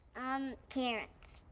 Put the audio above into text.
um, carrots.